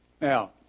Now